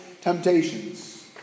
temptations